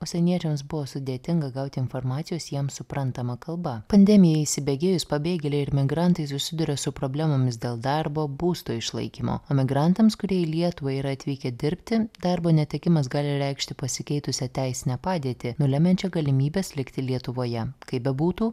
užsieniečiams buvo sudėtinga gauti informacijos jiem suprantama kalba pandemijai įsibėgėjus pabėgėliai ir migrantai susiduria su problemomis dėl darbo būsto išlaikymo emigrantams kurie į lietuvą yra atvykę dirbti darbo netekimas gali reikšti pasikeitusią teisinę padėtį nulemiančią galimybes likti lietuvoje kaip bebūtų